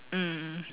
mm